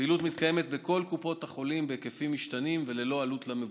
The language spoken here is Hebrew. הפעילות מתקיימת בכל קופות החולים בהיקפים משתנים וללא עלות למבוטחים.